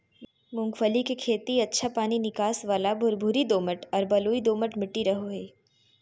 मूंगफली के खेती अच्छा पानी निकास वाला भुरभुरी दोमट आर बलुई दोमट मट्टी रहो हइ